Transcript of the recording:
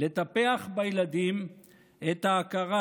"לטפח בילדים את ההכרה